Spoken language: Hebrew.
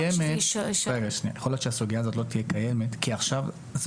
יכול להיות שהסוגיה הזאת לא תהיה קיימת כי עכשיו זה